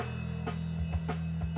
the